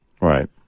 Right